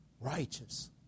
righteous